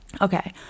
okay